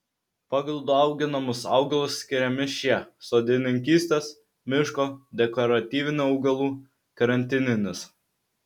pagal dauginamus augalus skiriami šie sodininkystės miško dekoratyvinių augalų karantininis